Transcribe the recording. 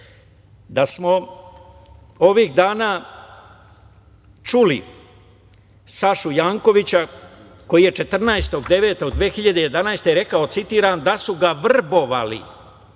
da smo ovih dana čuli Sašu Jankovića koji je 14.09.2011. godine rekao, citiram – da su ga vrbovale